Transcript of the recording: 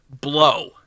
blow